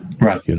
Right